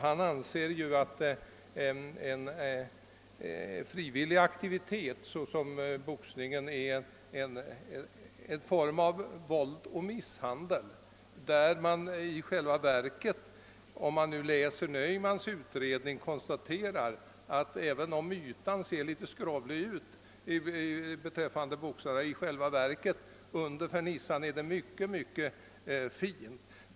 Han anser att en frivillig aktivitet som boxning är en form av våld och misshandel, men om man läser Naumanns utredning kan man i själva verket konstatera att även om ytan ser litet skrovlig ut är ändå pojken under ytan mycket fin.